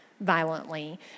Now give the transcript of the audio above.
violently